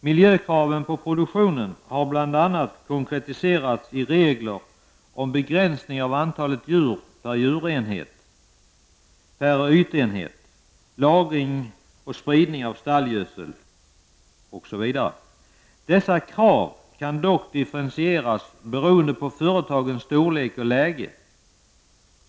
Miljökraven på produktionen har bl.a. konkretiserats i regler om begränsning av antalet djur per ytenhet samt lagring och spridning av stallgödsel. Dessa krav kan dock differentieras beroende på företagets storlek och läge.